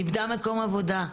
היא איבדה מקום עבודה,